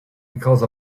because